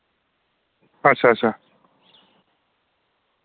अच्छा अच्छा